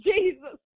Jesus